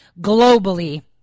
globally